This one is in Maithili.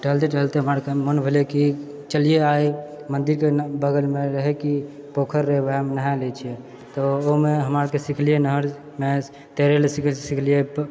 टहलते टहलते हमरा आरके मन भेलै कि चलियै आइ मन्दिरके बगलमे रहै कि पोखारि रहै ओहेमे नहाए लय छियै तऽ ओहिमे हमरा आर के सिखलियै नहरमे तैरै लऽ सीख सिखलियै